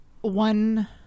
one